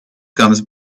comes